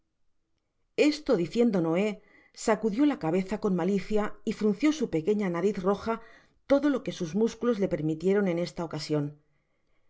esto diciendo noé sacudió la cabeza con malicia y frunció su pequeña nariz roja todo lo que sus músculos le permitieron en esta ocasion